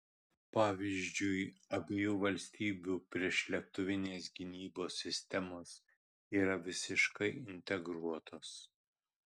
pavyzdžiui abiejų valstybių priešlėktuvinės gynybos sistemos yra visiškai integruotos